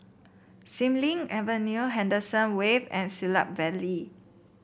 Xilin Avenue Henderson Wave and Siglap Valley